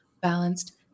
balanced